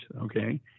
okay